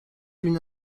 une